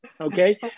okay